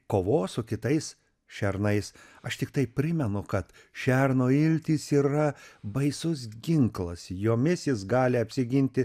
kovos su kitais šernais aš tiktai primenu kad šerno iltys yra baisus ginklas jomis jis gali apsiginti